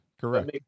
correct